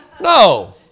No